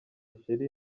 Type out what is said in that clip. sheri